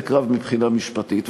בצדק רב מבחינה משפטית,